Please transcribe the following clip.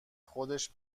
خودش